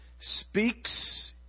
speaks